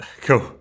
cool